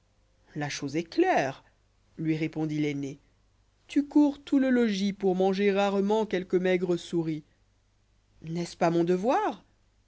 mal lachose est claire lui répondit l'aîné tu courshout le logis pour manger rarementquelque maigre souris n'est-ce pas mon devoir d'accord